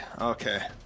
Okay